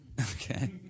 Okay